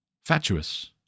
fatuous